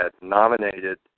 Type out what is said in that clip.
nominated